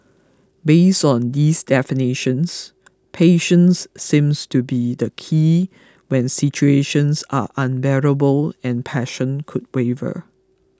based on these definitions patience seems to be the key when situations are unbearable and passion could